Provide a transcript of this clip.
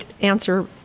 answer